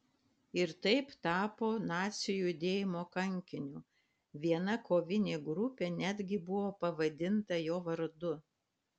ir taip tapo nacių judėjimo kankiniu viena kovinė grupė netgi buvo pavadinta jo vardu